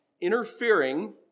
interfering